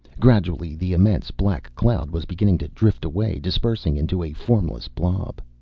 gradually, the immense black cloud was beginning to drift away, dispersing into a formless blob.